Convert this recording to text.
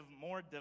more